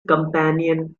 companion